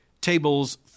tables